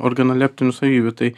organoleptinių savybių tai